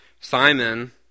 Simon